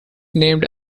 named